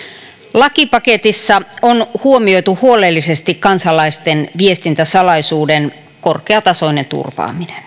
lakipaketissa on huomioitu huolellisesti kansalaisten viestintäsalaisuuden korkeatasoinen turvaaminen